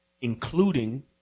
including